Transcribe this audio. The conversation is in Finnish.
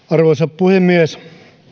arvoisa puhemies